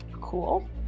Cool